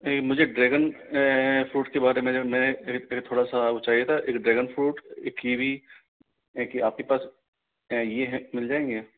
मुझे dragon fruit के बारे में थोड़ा सा वो चाहिए था एक ड्रेगन फ्रूट एक कीवी एक आपके पास यह है मिल जाएंगे